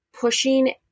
pushing